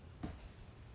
orh okay lor okay lor